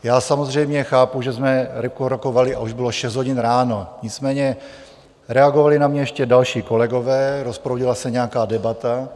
Já samozřejmě chápu, že jsme rokovali a už bylo 6 hodin ráno, nicméně reagovali na mě ještě další kolegové, rozproudila se nějaká debata.